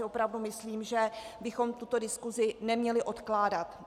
Opravdu si myslím, že bychom tuto diskusi neměli odkládat.